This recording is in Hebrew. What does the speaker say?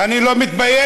אני לא מתבייש.